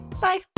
Bye